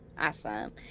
Awesome